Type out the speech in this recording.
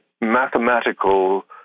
mathematical